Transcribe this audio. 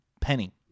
penny